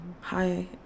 Hi